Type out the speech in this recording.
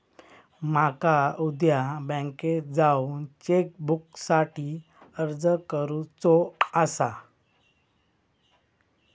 माका उद्या बँकेत जाऊन चेक बुकसाठी अर्ज करुचो आसा